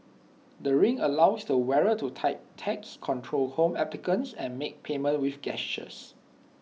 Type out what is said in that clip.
the ring allows the wearer to type texts control home appliances and make payments with gestures